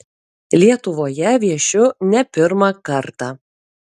lietuvoje viešiu ne pirmą kartą